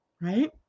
right